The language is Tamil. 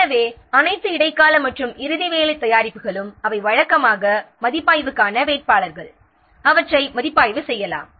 எனவே அனைத்து இடைக்கால மற்றும் இறுதி வேலை தயாரிப்புகளும் அவை வழக்கமாக மதிப்பாய்வுக்கான வேட்பாளர்கள் அவற்றை மதிப்பாய்வு செய்யலாம்